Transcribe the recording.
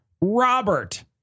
Robert